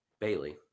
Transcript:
Bailey